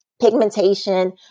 Pigmentation